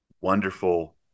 wonderful